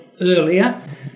earlier